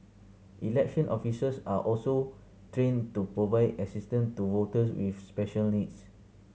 election officers are also trained to provide assistance to voters with special needs